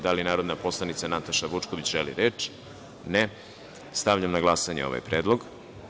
Da li narodna poslanica Nataša Vučković želi reč? (Ne.) Stavljam na glasanje ovaj Predlog.